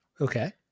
okay